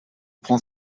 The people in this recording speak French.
prend